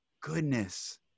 goodness